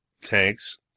tanks